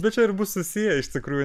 bet čia ir bus susiję iš tikrųjų